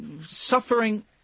suffering